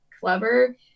clever